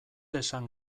esan